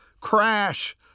Crash